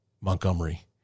Montgomery